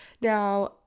now